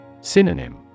Synonym